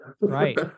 right